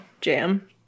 jam